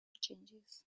changes